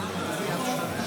בבקשה.